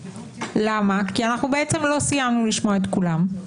כי אנחנו לא סיימנו לשמוע את כולם,